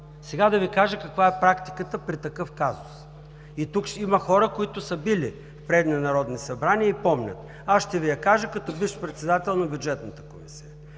Сега, да Ви кажа, каква е практиката при такъв казус. Тук, ще има хора, които са били в предни народни събрания и помнят. Аз ще Ви я кажа като бивш председател на Бюджетната комисия.